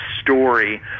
story